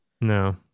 No